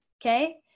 okay